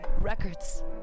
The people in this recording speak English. records